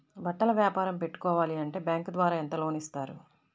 బట్టలు వ్యాపారం పెట్టుకోవాలి అంటే బ్యాంకు ద్వారా ఎంత లోన్ ఇస్తారు?